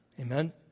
Amen